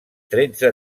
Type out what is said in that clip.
tretze